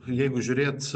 jeigu žiūrėt